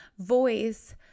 voice